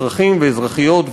אזרחים ואזרחיות,